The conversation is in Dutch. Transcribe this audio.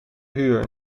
huur